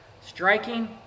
striking